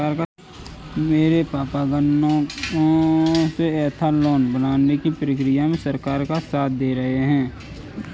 मेरे पापा गन्नों से एथानाओल बनाने की प्रक्रिया में सरकार का साथ दे रहे हैं